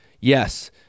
yes